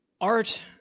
art